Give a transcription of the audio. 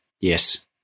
Yes